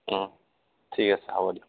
অ ঠিক আছে হ'ব দিয়ক